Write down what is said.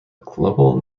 global